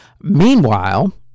Meanwhile